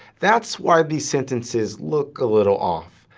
that's why these sentences look a little off,